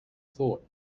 thought